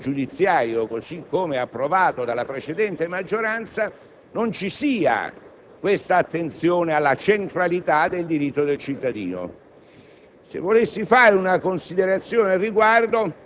Noi riteniamo che nell'impianto dell'ordinamento giudiziario, così come approvato dalla precedente maggioranza, non ci sia questa attenzione alla centralità del diritto del cittadino.